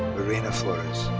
irina flores.